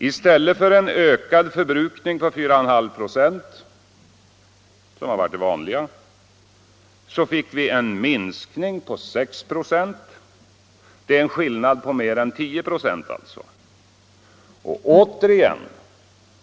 I stället för en ökad förbrukning på 4,5 96, som har varit det vanliga, så fick vi en minskning på 6 96. Det är alltså en skillnad på mer än 10 96.